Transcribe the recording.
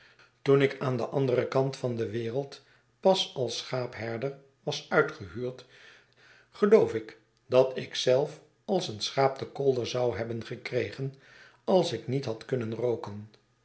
toen ik aan den anderen kant van de wereld pas als schaapherder was uitgehuurd geloof ik dat ik zelf als een schaap den kolder zou hebben gekregen als ik niet had kunnen rooken